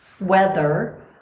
weather